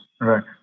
Right